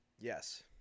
yes